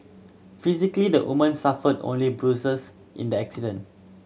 physically the woman suffered only bruises in the accident